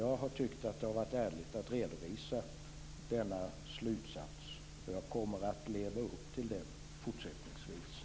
Jag har tyckt att det är ärligt att redovisa denna slutsats. Jag kommer att leva upp till det fortsättningsvis.